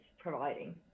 providing